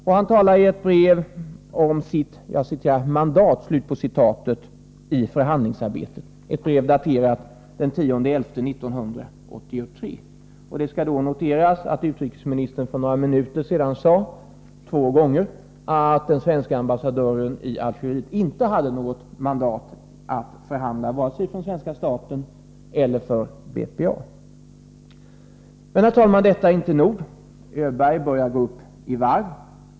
Och han talar i ett annat brev om sitt ”mandat” i förhandlingsarbetet— ett brev daterat den 10 november 1983. Det skalli detta sammanhang noteras att utrikesministern för några minuter sedan sade — två gånger — att den svenske ambassadören i Algeriet inte hade något mandat att förhandla, vare sig för svenska staten eller för BPA. Men, herr talman, detta är inte nog. Öberg börjar gå upp i varv.